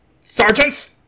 sergeants